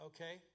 Okay